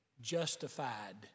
justified